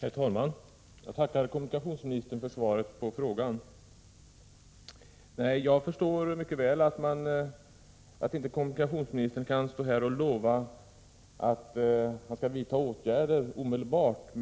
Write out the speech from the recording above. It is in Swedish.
Herr talman! Jag tackar kommunikationsministern för svaret på min fråga. Jag förstår mycket väl att kommunikationsministern inte kan stå här och lova att åtgärder omedelbart skall vidtas.